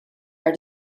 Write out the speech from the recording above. are